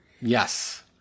Yes